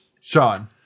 Sean